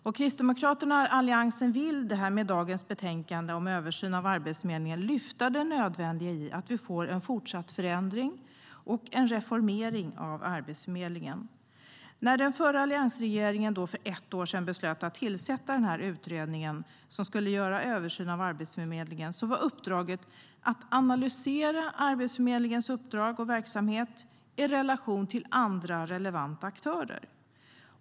Kristdemokraterna och Alliansen vill med dagens betänkande om översynen av Arbetsförmedlingen lyfta fram det nödvändiga i att vi får en fortsatt förändring och en reformering av Arbetsförmedlingen. När den förra alliansregeringen för ett år sedan beslöt att tillsätta den utredning som skulle göra översynen av Arbetsförmedlingen var uppdraget att analysera Arbetsförmedlingens uppdrag och verksamhet i relation till andra relevanta aktörer.